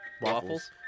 Waffles